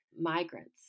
migrants